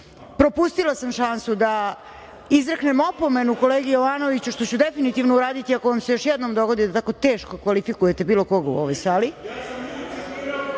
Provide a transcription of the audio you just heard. Propustila sam šansu da izreknem opomenu kolegi Jovanoviću, što ću definitivno uraditi ako vam se još jednom dogodi da tako teško kvalifikujete bilo koga u ovoj